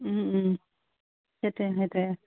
ওম ওম সেইটোৱে সেইটোৱে